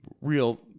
real